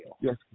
Yes